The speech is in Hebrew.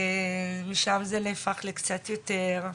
שם זה נהפך לקצת יותר,